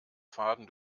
faden